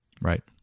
Right